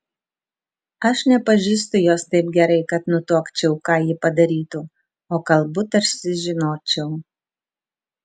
aš nepažįstu jos taip gerai kad nutuokčiau ką ji padarytų o kalbu tarsi žinočiau